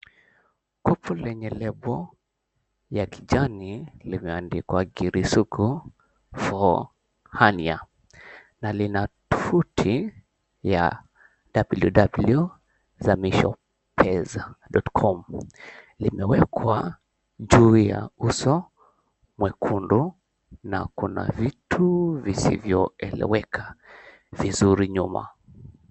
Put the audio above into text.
Kopo lenye lebo ya kijani limeandikwa, Ngiri Sugu For Hernia na lina tovuti ya www. zamishokeza.com, limewekwa juu ya uso mwekundu na kuna vitu visivyoeleweka vizuri nyuma.